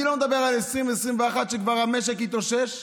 אני לא מדבר על 2021 שהמשק כבר התאושש,